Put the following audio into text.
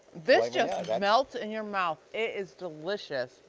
this just melts in your mouth. it is delicious.